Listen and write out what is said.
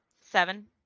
Seven